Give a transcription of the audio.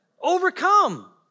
Overcome